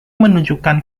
menunjukkan